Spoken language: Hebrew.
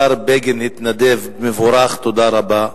השר בגין התנדב, מבורך, תודה רבה.